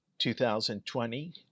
2020